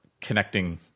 connecting